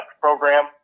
program